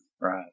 Right